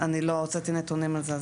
לא הוצאתי נתונים על זה.